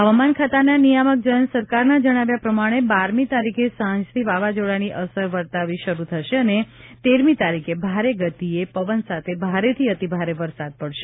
હવામાન ખાતાના નિયામક જયંત સરકારના જણાવ્યા પ્રમાણે બારમી તારીખે સાંજથી વાવાઝોડાની અસર વર્તાવી શરૂ થશે અને તેરમી તારીખે ભારે ગતિએ પવન સાથે ભારેથી અતિભારે વરસાદ પડશે